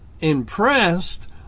impressed